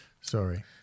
Sorry